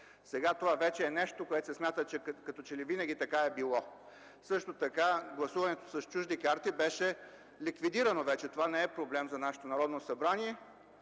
Сега вече това е нещо, което се смята, че като че ли винаги така е било. Също така гласуването с чужди карти беше ликвидирано. Това вече не е проблем за нашето Народно събрание,